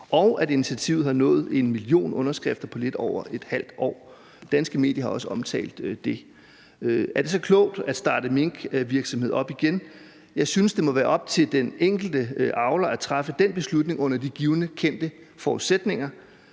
og at initiativet har nået en million underskrifter på lidt over et halvt år. Danske medier har også omtalt det. Er det så klogt at starte minkvirksomhed op igen? Jeg synes, det må være op til den enkelte avler at træffe den beslutning under de givne kendte forudsætninger.